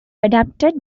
adapted